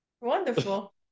Wonderful